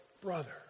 brother